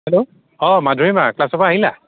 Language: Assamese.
হেল্লো অঁ মাধুৰিমা ক্লাছৰ পৰা আহিলা